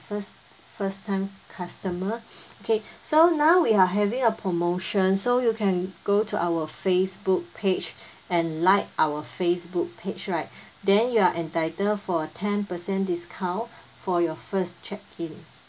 first first time customer okay so now we are having a promotion so you can go to our facebook page and like our facebook page right then you are entitled for a ten percent discount for your first check in